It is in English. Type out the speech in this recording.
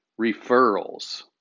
referrals